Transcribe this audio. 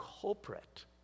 culprit